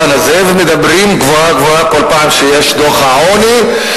ומדברים גבוהה-גבוהה בכל פעם שיש דוח העוני,